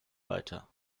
weiter